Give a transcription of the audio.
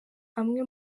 amwe